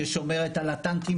ששומרת על הטנקים,